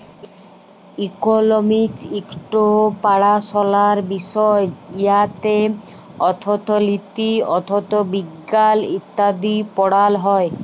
economics ইকট পাড়াশলার বিষয় উয়াতে অথ্থলিতি, অথ্থবিজ্ঞাল ইত্যাদি পড়াল হ্যয়